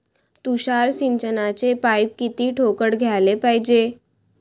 तुषार सिंचनाचे पाइप किती ठोकळ घ्याले पायजे?